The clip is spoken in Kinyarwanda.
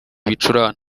ibicurane